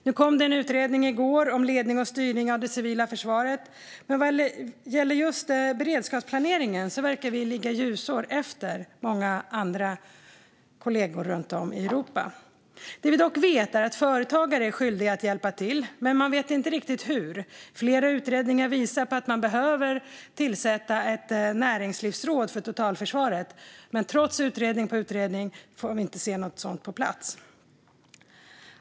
I går kom en utredning om ledning och styrning av det civila förvaret, men vad gäller just beredskapsplaneringen verkar vi ligga ljusår efter många andra kollegor runt om i Europa. Det vi dock vet är att företagare är skyldiga att hjälpa till, men man vet inte riktigt hur. Flera utredningar visar på att man behöver tillsätta ett näringslivsråd för totalförsvaret, men trots utredning på utredning får vi inte se något sådant på plats.